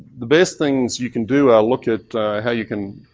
the best things you can do are look at how you can